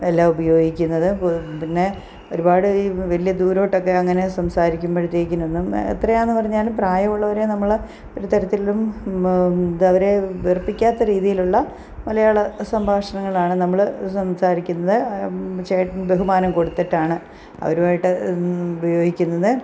എല്ലാം ഉപയോഗിക്കുന്നത് പിന്നെ ഒരുപാട് ഈ വലിയ ദൂരോട്ടൊക്കെ അങ്ങനെ സംസാരിക്കുമ്പോഴത്തേക്കിനൊന്നും എത്രയാണെന്നു പറഞ്ഞാലും പ്രായമായുള്ളവരെ നമ്മൾ ഒരുതരത്തിലും അവരെ വെറുപ്പിക്കാത്ത രീതിയിലുള്ള മലയാള സംഭാഷണങ്ങളാണ് നമ്മൾ സംസാരിക്കുന്നത് ചേട്ടൻ ബഹുമാനം കൊടുത്തിട്ടാണ് അവരുമായിട്ട് ഉപയോഗിക്കുന്നത്